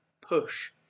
push